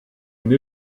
une